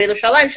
בירושלים,